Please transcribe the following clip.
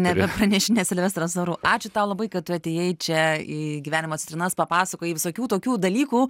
nebepranešinės silvestras orų ačiū tau labai kad tu atėjai čia į gyvenimo citrinas papasakojai visokių tokių dalykų